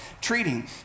treating